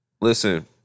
Listen